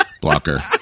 blocker